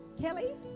Kelly